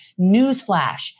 Newsflash